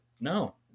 no